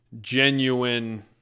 genuine